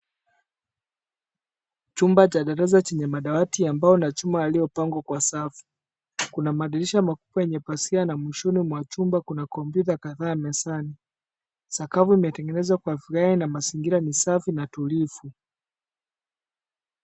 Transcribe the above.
Chumba cha darasa chenye madawati ya mbao na chuma yaliyopangwa kwa safu. Kuna madirisha makubwa yenye pazia na mwishoni mwa chumba kuna kompyuta kadhaa mezani. Sakafu imetengenezwa kwa vigae na mazingira ni safi na tulivu.